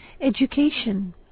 education